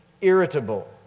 irritable